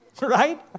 Right